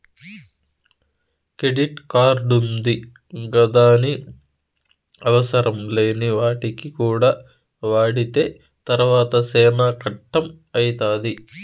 credit కార్డుంది గదాని అవసరంలేని వాటికి కూడా వాడితే తర్వాత సేనా కట్టం అయితాది